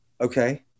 okay